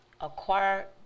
acquire